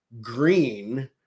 green